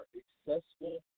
accessible